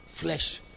Flesh